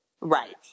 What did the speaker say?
Right